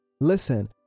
listen